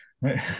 right